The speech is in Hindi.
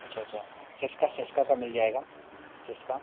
अच्छा अच्छा सिसका सिसका का मिल जाएगा सिसका